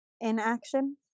inaction